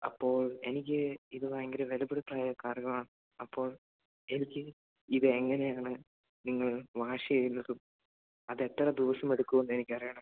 അപ്പോൾ എനിക്ക് ഇത് ഭയങ്കരം വിലപിടിപ്പുള്ള കാറുകളാണ് അപ്പോൾ എനിക്ക് ഇതെങ്ങനെയാണ് നിങ്ങൾ വാഷ് ചെയ്യുന്നതെന്നും അതെത്ര ദിവസമെടുക്കുമെന്നും എനിക്കറിയണം